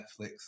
Netflix